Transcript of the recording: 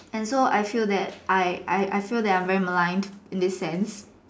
and so I feel that I I I feel that I'm very maligned in this sense